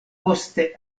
poste